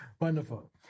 Wonderful